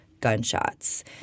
gunshots